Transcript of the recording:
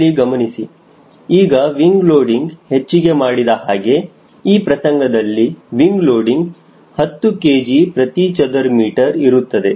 ಇಲ್ಲಿ ಗಮನಿಸಿ ಈಗ ವಿಂಗ ಲೋಡಿಂಗ್ ಹೆಚ್ಚಿಗೆ ಮಾಡಿದ ಹಾಗೆ ಈ ಪ್ರಸಂಗದಲ್ಲಿ ವಿಂಗ ಲೋಡಿಂಗ್ 10 kgm2 ಇರುತ್ತದೆ